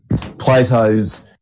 Plato's